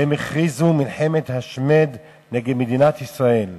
והם הכריזו מלחמת השמד נגד מדינת ישראל.